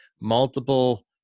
multiple